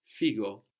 Figo